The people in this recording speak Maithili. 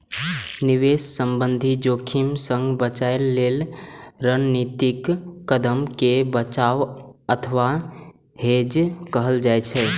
निवेश संबंधी जोखिम सं बचय लेल रणनीतिक कदम कें बचाव अथवा हेज कहल जाइ छै